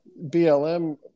BLM